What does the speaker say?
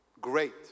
great